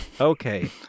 okay